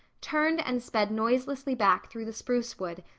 turned and sped noiselessly back through the spruce wood,